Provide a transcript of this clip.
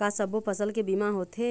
का सब्बो फसल के बीमा होथे?